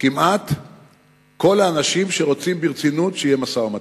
כמעט כל האנשים שרוצים ברצינות שיהיה משא-ומתן.